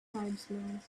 tribesman